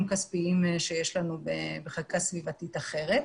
בעיצומים כספיים שיש לנו בחקיקה סביבתית אחרת.